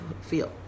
feel